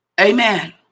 Amen